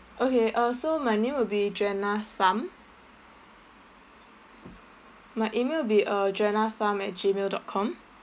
okay uh so my name will be jenna tham my email will be uh jenna tham at gmail dot com